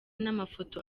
n’amafoto